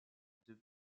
deux